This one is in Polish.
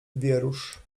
wierusz